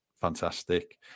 fantastic